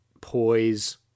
poise